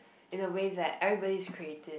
in a way that everybody is creative